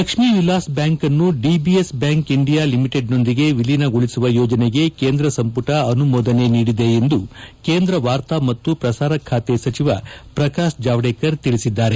Lakshmi Vilas bank ಅನ್ನು DBS bank India ಲಿಮಿಟೆಡ್ನೊಂದಿಗೆ ವಿಲೀನಗೊಳಿಸುವ ಯೋಜನೆಗೆ ಕೇಂದ್ರ ಸಂಪುಟ ಅನುಮೋದನೆ ನೀಡಿದೆ ಎಂದು ಕೇಂದ್ರ ವಾರ್ತಾ ಮತ್ತು ಪ್ರಸಾರ ಸಚಿವ ಪ್ರಕಾಶ್ ಜಾವಡೇಕರ್ ತಿಳಿಸಿದ್ದಾರೆ